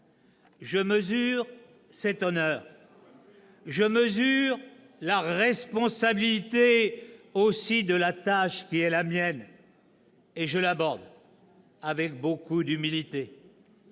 Je mesure cet honneur. « Je mesure la responsabilité, aussi, de la tâche qui est la mienne, et je l'aborde avec beaucoup d'humilité,